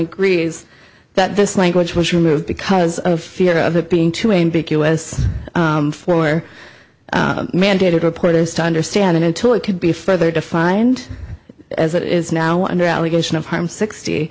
agrees that this language was removed because of fear of it being too a big u s for mandated reporters to understand until it could be further defined as it is now under allegation of harm sixty